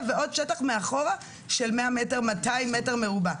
ועוד שטח מאחורה של 100-200 מטר מרובע,